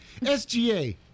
SGA